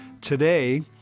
Today